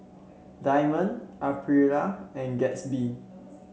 Diamond Aprilia and Gatsby